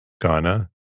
Ghana